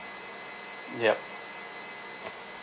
yup